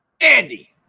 Andy